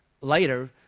later